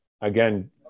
again